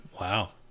Wow